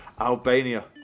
Albania